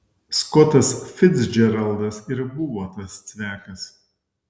skotas ficdžeraldas ir buvo tas cvekas